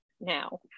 now